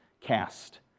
cast